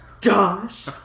Josh